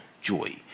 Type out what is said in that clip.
joy